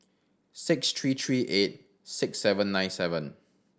six three three eight six seven nine seven